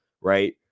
right